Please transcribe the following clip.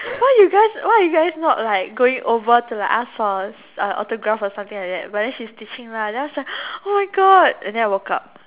why you guys why you guys not like going over to like ask for autograph or something like that but then she's teaching lah then I was like oh my god and then I woke up